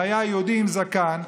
שהיה יהודי עם זקן,